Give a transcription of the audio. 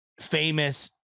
famous